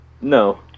No